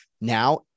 Now